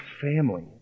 family